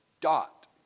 dot